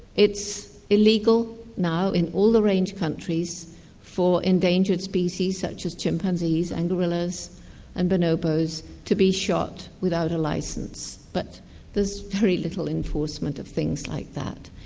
it's illegal now in all the range countries for endangered species such as chimpanzees and gorillas and bonobos to be shot without a licence, but there's very little enforcement enforcement of things like that.